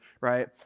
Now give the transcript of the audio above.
right